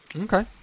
Okay